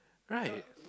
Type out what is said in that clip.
right